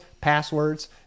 passwords